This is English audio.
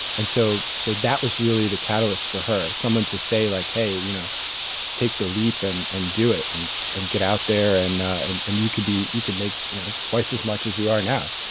and so so that was really the catalyst for her someone to say like hey you know take the leap and and do it and and get out there and and and you could be you can make twice as much as you are now.